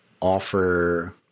offer